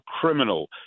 criminal